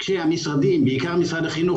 כשהמשרדים ובעיקר משרד החינוך,